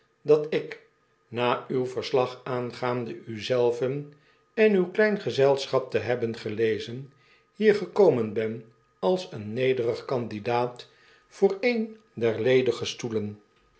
dat ik na uw verslag aangaande u zelven en uw klein gezelschap te hebben gelezen hier gekomen ben als een nederig candidaat voor een